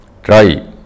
try